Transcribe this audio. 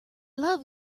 love